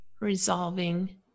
resolving